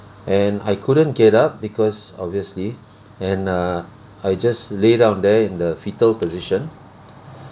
and I couldn't get up because obviously and err I just lay down there in the fetal position